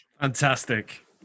fantastic